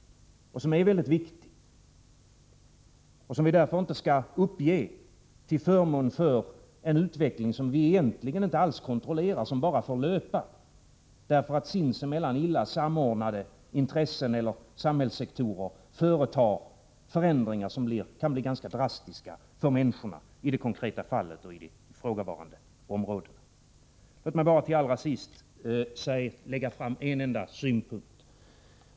Detta synsätt är väldigt viktigt, och vi skall därför inte uppge det till förmån för en utveckling som vi egentligen inte alls kontrollerar utan som bara får löpa, därför att sinsemellan illa samordnade intressen eller samhällssektorer företar förändringar som kan bli ganska drastiska för människorna i det konkreta fallet och det ifrågavarande området. Låt mig bara allra sist föra fram en enda synpunkt.